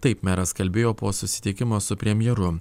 taip meras kalbėjo po susitikimo su premjeru